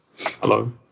Hello